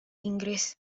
inggris